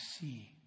see